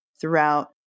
throughout